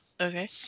Okay